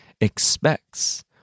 expects